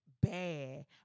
bad